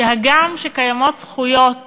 שהגם שקיימות זכויות